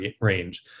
range